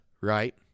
right